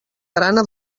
grana